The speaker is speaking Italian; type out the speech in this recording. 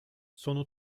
sono